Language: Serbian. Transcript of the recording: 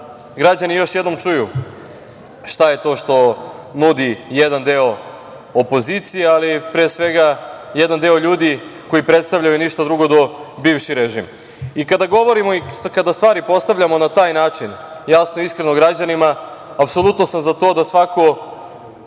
građani još jednom čuju šta je to što nudi jedan deo opozicije, ali pre svega jedan deo ljudi koji predstavljaju ništa drugo do bivši režim. Kada govorimo i kada stvari postavljamo na taj način, jasno i iskreno građanima, apsolutno sam za to da svako